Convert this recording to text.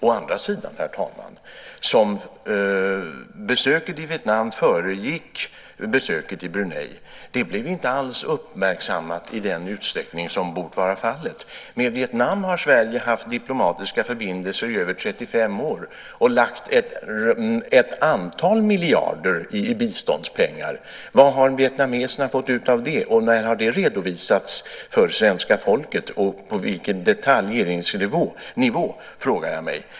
Å andra sidan blev besöket i Vietnam, som föregick besöket i Brunei, inte alls uppmärksammat i den utsträckning som bort vara fallet. Sverige har haft diplomatiska förbindelser med Vietnam i över 35 år och lagt ett antal miljarder i biståndspengar. Vad har vietnameserna fått ut av det, när har det redovisats för svenska folket och på vilken detaljnivå?